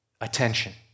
attention